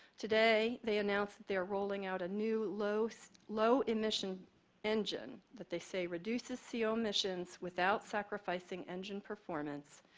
today, they announced that they're ruling out a new low so low emission engine that they say reduces co ah emissions without sacrificing engine performance,